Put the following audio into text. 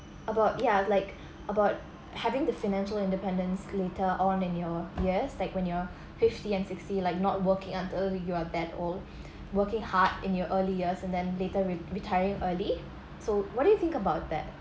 about ya like about having the financial independence later on in your years like when you're fifty and sixty like not working until you are that old working hard in your early years and then later re~ retiring early so what do you think about that